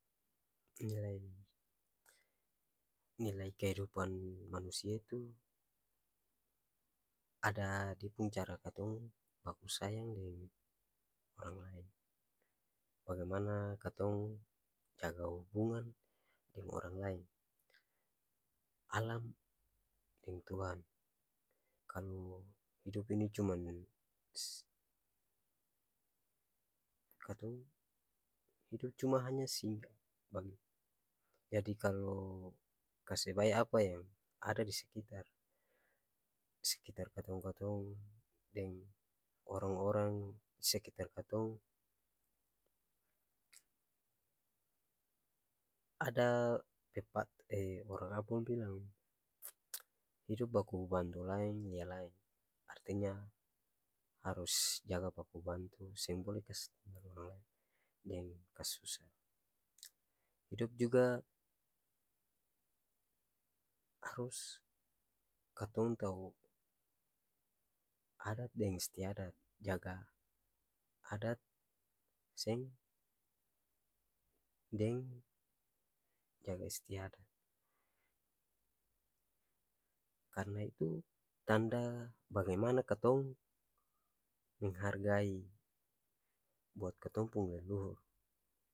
Nilai-nilai kehidupan manusia tuh ada dia pung cara katong baku sayang deng orang laeng, bagaimana katong jaga hubungan deng orang laeng, alam, deng tuhan. Kalu hidup ini cum katong hidup cuma hanya singkat, jadi kalo kasi bae apa yang ada disekitar, sekitar katong-katong, deng orang-orang sekitar katong. Ada orang ambon bilang hidup baku bantu laeng lia laeng artinya harus jaga baku bantu seng bole deng kasi susa, hidup jaga akang katong tau adat deng istiadat jaga adat seng deng jaga istiadat karna itu tanda bagimana katong menghargai buat katong pung leluhur.